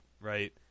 right